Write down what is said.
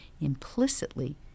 implicitly